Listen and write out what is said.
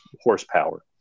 horsepower